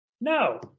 No